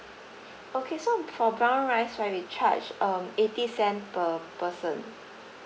okay so for brown rice right we charge um eighty cent per person